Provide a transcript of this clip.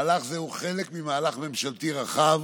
מהלך זה הוא חלק ממהלך ממשלתי רחב